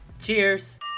Cheers